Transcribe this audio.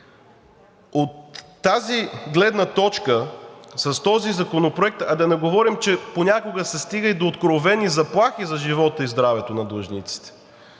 От тази гледна точка – да не говорим, че понякога се стига и до откровени заплахи за живота и здравето на длъжниците